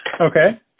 Okay